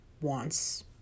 wants